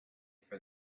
for